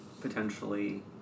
potentially